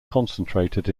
concentrated